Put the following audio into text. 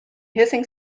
hissing